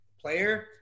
player